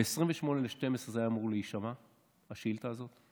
ב-28 בדצמבר הייתה אמורה להישמע השאילתה הזאת.